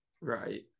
right